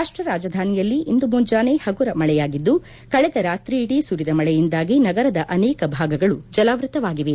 ರಾಷ್ಷ ರಾಜಧಾನಿಯಲ್ಲಿ ಇಂದು ಮುಂಜಾನೆ ಹಗುರ ಮಳೆಯಾಗಿದ್ದು ಕಳೆದ ರಾತ್ರಿಯಿಡೀ ಸುರಿದ ಮಳೆಯಿಂದಾಗಿ ನಗರದ ಅನೇಕ ಭಾಗಗಳು ಜಲಾವೃತವಾಗಿವೆ